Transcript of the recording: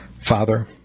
Father